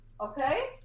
okay